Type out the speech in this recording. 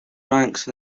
ranks